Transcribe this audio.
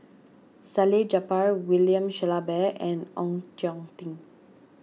Salleh Japar William Shellabear and Ong Tjoe Tim